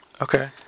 Okay